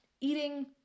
eating